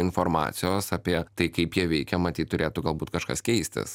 informacijos apie tai kaip jie veikia matyt turėtų galbūt kažkas keistis